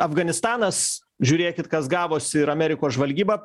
afganistanas žiūrėkit kas gavosi ir amerikos žvalgyba